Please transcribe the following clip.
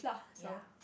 ya